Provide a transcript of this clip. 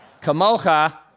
Kamocha